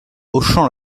hochant